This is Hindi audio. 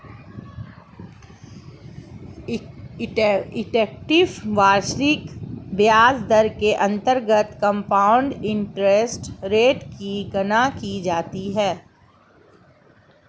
इफेक्टिव वार्षिक ब्याज दर के अंतर्गत कंपाउंड इंटरेस्ट रेट की गणना की जाती है